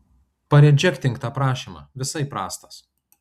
paredžektink tą prašymą visai prastas